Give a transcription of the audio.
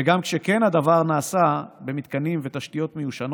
וגם כשכן, הדבר נעשה במתקנים ותשתיות מיושנים